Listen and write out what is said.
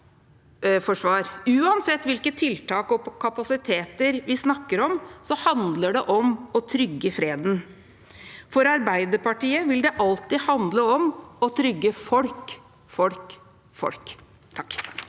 Uansett hvilke tiltak og kapasiteter vi snakker om, handler det om å trygge freden. For Arbeiderpartiet vil det alltid handle om å trygge folk,